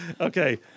Okay